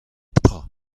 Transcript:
tra